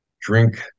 drink